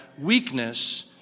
weakness